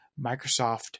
Microsoft